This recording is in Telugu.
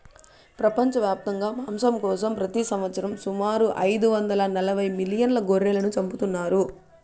ప్రపంచవ్యాప్తంగా మాంసం కోసం ప్రతి సంవత్సరం సుమారు ఐదు వందల నలబై మిలియన్ల గొర్రెలను చంపుతున్నారు